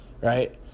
right